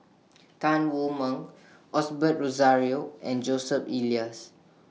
Tan Wu Meng Osbert Rozario and Joseph Elias